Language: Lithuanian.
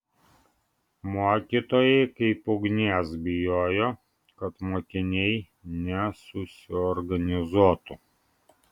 mokytojai kaip ugnies bijojo kad mokiniai nesusiorganizuotų